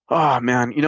oh, man. you know